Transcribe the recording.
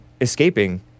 escaping